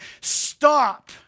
Stop